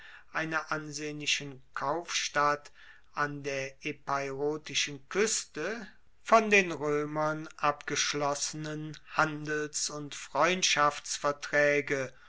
einer ansehnlichen kaufstadt an der epeirotischen kueste von den roemern abgeschlossenen handels und